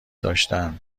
داشتن